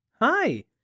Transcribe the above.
hi